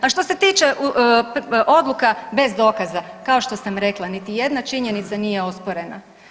A što se tiče odluka bez dokaza, kao što sam rekla, niti jedna činjenica nije osporena.